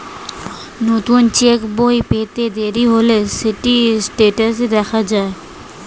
নতুন চেক্ বই পেতে দেরি হলে সেটি স্টেটাসে দেখা যায়